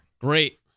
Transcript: Great